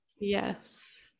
yes